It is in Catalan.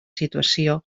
situació